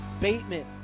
bateman